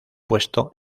puesto